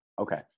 Okay